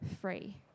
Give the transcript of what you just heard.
free